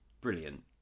brilliant